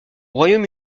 royaume